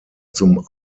zum